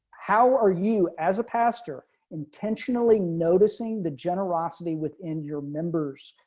how are you as a pastor intentionally noticing the generosity within your members.